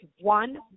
one